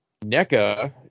NECA